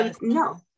No